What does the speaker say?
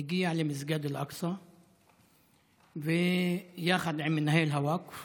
הגיע למסגד אל-אקצא יחד עם מנהל הווקף